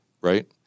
right